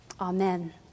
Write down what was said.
Amen